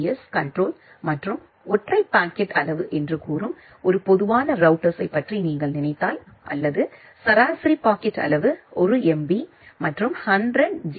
S control மற்றும் ஒற்றை packet அளவு என்று கூறும் ஒரு பொதுவான ரௌட்டர்ஸ்யைப் பற்றி நீங்கள் நினைத்தால் அல்லது சராசரி பாக்கெட் அளவு 1 எம்பி மற்றும் 100 ஜி